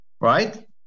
right